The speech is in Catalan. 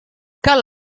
cal